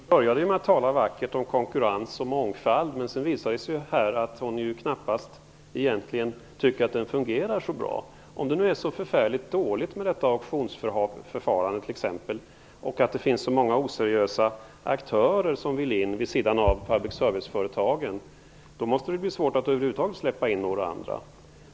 Herr talman! Catarina Rönnung började med att tala vackert om konkurrens och mångfald, men sedan visade det sig ju här att hon egentligen knappast tycker att det fungerar så bra. Om nu t.ex. detta auktionsförfarande är så förfärligt dåligt, och om det finns så många oseriösa aktörer som vill in vid sidan av public service-företagen, då måste det bli svårt att över huvud taget släppa in några andra.